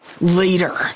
Later